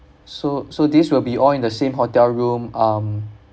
so so this will be all in the same hotel room um